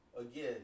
Again